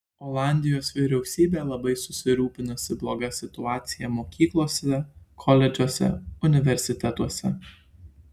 olandijos vyriausybė labai susirūpinusi bloga situacija mokyklose koledžuose universitetuose